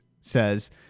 says